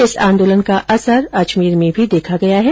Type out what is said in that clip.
इस आंदोलन का असर अजमेर में भी देखा गया है